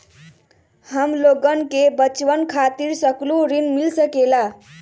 हमलोगन के बचवन खातीर सकलू ऋण मिल सकेला?